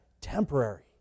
temporary